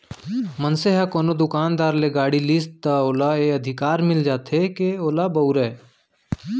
मनसे ह कोनो दुकानदार ले गाड़ी लिस त ओला ए अधिकार मिल जाथे के ओला बउरय